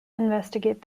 investigate